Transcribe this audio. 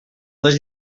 les